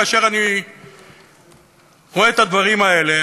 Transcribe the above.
כאשר אני רואה את הדברים האלה,